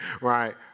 right